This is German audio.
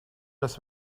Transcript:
das